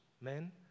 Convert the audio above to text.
men